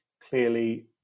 clearly